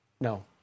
no